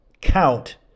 count